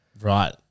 Right